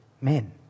men